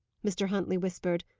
mr. huntley whispered,